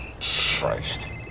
Christ